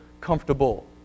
comfortable